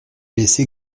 laissé